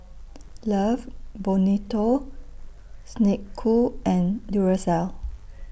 Love Bonito Snek Ku and Duracell